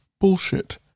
Bullshit